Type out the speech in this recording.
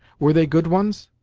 were they good ones?